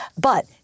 But-